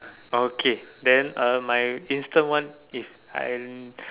okay then uh my instant one is I'm